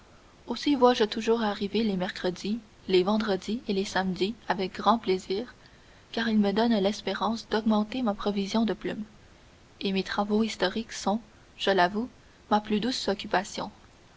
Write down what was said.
aussi vois-je toujours arriver les mercredis les vendredis et les samedis avec grand plaisir car ils me donnent l'espérance d'augmenter ma provision de plumes et mes travaux historiques sont je l'avoue ma plus douce occupation